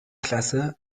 klasse